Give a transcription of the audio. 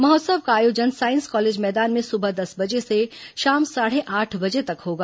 महोत्सव का आयोजन साईस कॉलेज मैदान में सुबह दस बजे से शाम साढ़े आठ बजे तक होगा